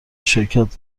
شرکت